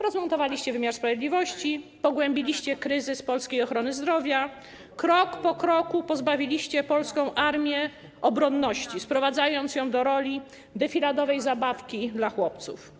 Rozmontowaliście wymiar sprawiedliwości, pogłębiliście kryzys polskiej ochrony zdrowia, krok po kroku pozbawiliście polską armię obronności, sprowadzając ją do roli defiladowej zabawki dla chłopców.